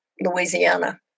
Louisiana